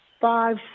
five